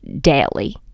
daily